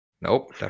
Nope